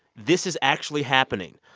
this is actually happening.